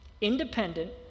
Independent